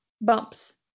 bumps